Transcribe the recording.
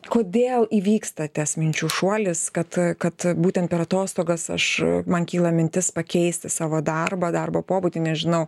kodėl įvyksta tas minčių šuolis kad kad būtent per atostogas aš man kyla mintis pakeisti savo darbą darbo pobūdį nežinau